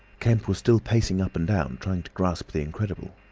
kemp was still pacing up and down, trying to grasp the incredible.